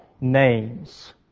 names